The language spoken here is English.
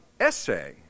essay